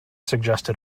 suggested